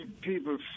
people